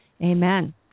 Amen